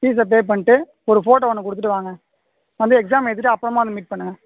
ஃபீஸ்ஸை pay பண்ணிகிட்டு ஒரு photo ஒன்று கொடுத்துட்டு வாங்க வந்து எக்ஸாம் எழுதிகிட்டு அப்புறமா வந்து மீட் பண்ணுங்கள்